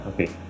Okay